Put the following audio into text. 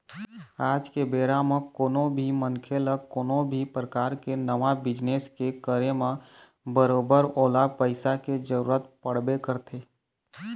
आज के बेरा म कोनो भी मनखे ल कोनो भी परकार के नवा बिजनेस के करे म बरोबर ओला पइसा के जरुरत पड़बे करथे